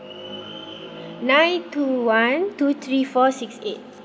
nine two one two three four six eight